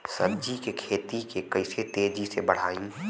सब्जी के खेती के कइसे तेजी से बढ़ाई?